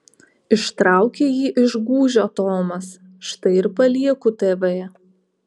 ištraukė jį iš gūžio tomas štai ir palieku tv